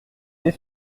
fait